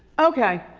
okay.